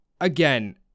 again